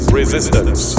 resistance